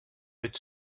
wird